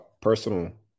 personal